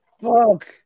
Fuck